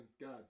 God